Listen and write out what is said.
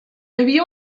havia